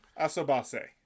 Asobase